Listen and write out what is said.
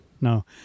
no